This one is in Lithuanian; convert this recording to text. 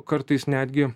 kartais netgi